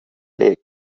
lake